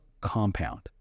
compound